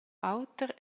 auter